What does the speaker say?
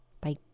Bye